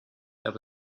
there